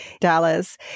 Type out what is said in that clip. Dallas